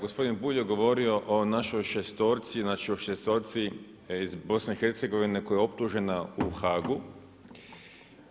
Gospodin Bulj je govorio o našoj šestorci, znači o šestorci iz BIH koja je optužena u HAG-u.